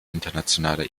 internationaler